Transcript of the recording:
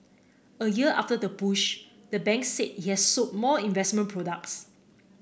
a year after the push the bank said it has sold more investment products